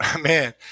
man